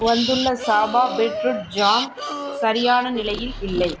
வந்துள்ள சாபா beetroot jam சரியான நிலையில் இல்லை